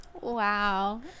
Wow